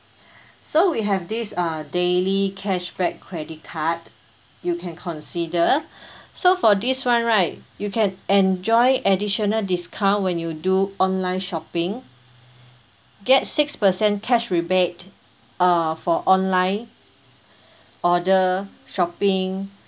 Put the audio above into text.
so we have this uh daily cashback credit card you can consider so for this [one] right you can enjoy additional discount when you do online shopping get six percent cash rebate uh for online order shopping